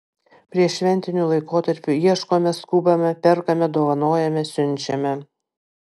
prieššventiniu laikotarpiu ieškome skubame perkame dovanojame siunčiame